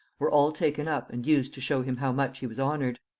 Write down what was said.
were all taken up and used to show him how much he was honored.